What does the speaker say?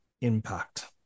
impact